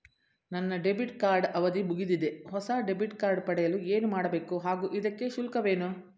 ನನ್ನ debit card ಅವಧಿ ಮುಗಿದಿದೆ ಹೊಸ ಡೆಬಿಟ್ ಕಾರ್ಡ್ ಪಡೆಯಲು ಏನು ಮಾಡಬೇಕು ಹಾಗೂ ಇದಕ್ಕೆ ಶುಲ್ಕವೇನು?